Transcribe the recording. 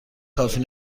کافی